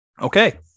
Okay